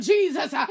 Jesus